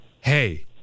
hey